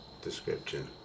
description